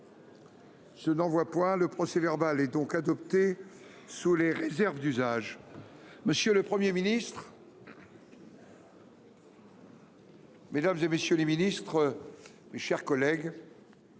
d’observation ?… Le procès verbal est adopté sous les réserves d’usage. Monsieur le Premier ministre, mesdames, messieurs les ministres, mes chers collègues,